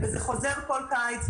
זה חוזר בכל קיץ,